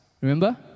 remember